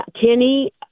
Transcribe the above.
Kenny